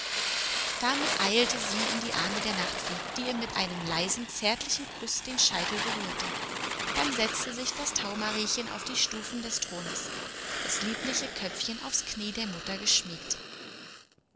damit eilte sie in die arme der nachtfee die ihr mit einem leisen zärtlichen kuß den scheitel berührte dann setzte sich das taumariechen auf die stufen des thrones das liebliche köpfchen ans knie der mutter geschmiegt